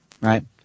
Right